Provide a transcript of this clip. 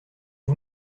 que